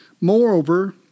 moreover